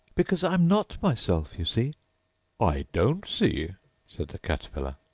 because i'm not myself, you see i don't see said the caterpillar.